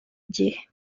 gihe